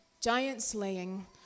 giant-slaying